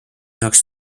jaoks